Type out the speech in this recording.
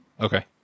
Okay